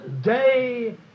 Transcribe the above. day